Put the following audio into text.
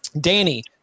Danny